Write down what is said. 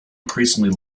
increasingly